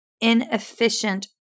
inefficient